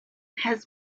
has